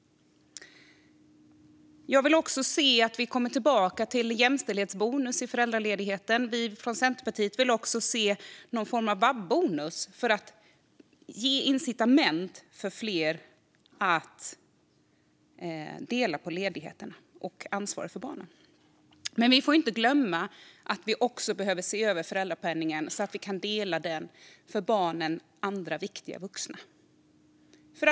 Jag vill också se att vi kommer tillbaka till jämställdhetsbonus i föräldraledigheten. Vi i Centerpartiet vill också se någon form av vabbonus för att ge incitament för fler att dela på ledigheten och ansvaret för barnen. Vi får dock inte glömma att vi också behöver se över föräldrapenningen, för också den andra vuxna är viktig för barnen.